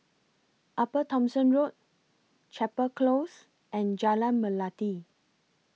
Upper Thomson Road Chapel Close and Jalan Melati